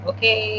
Okay